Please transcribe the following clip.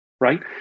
right